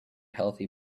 healthy